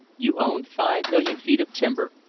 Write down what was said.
you owned five million feet of timber,